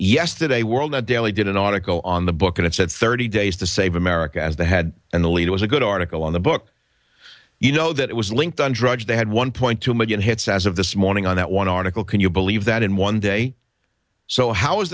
yesterday world of daily did an article on the book and it said thirty days to save america as they had and the lead was a good article on the book you know that it was linked on drudge they had one point two million hits as of this morning on that one article can you believe that in one day so how is